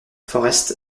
forrest